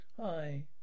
hi